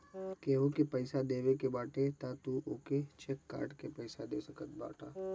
केहू के पईसा देवे के बाटे तअ तू ओके चेक काट के पइया दे सकत बाटअ